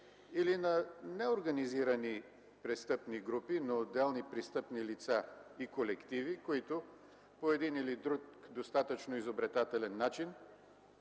или на неорганизирани престъпни групи, но отделни престъпни лица и колективи, които по един или друг достатъчно изобретателен начин